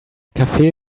cafe